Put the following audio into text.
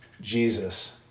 Jesus